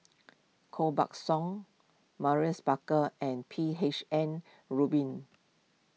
Koh Buck Song Maurice Baker and P H N Rubin